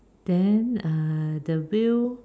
then err the wheel